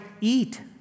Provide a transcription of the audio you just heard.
eat